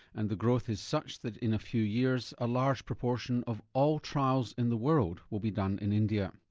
and the growth is such that in a few years a large proportion of all trials in the world will be done in india.